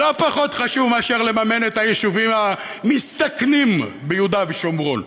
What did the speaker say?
לא פחות חשוב מאשר לממן את היישובים המסתכנים ביהודה ושומרון.